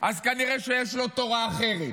כנראה שיש לו תורה אחרת.